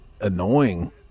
annoying